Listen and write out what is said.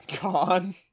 gone